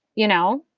you know.